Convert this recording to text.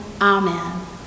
Amen